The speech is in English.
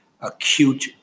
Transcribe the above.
acute